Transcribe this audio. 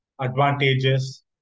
advantages